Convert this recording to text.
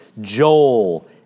Joel